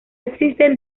existen